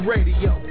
Radio